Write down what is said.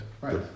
Right